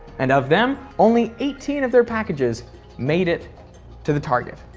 and of them only eighteen of their packages made it to the target.